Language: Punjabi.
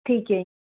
ਠੀਕ ਹੈ